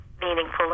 meaningful